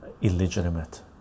illegitimate